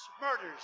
murders